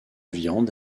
viande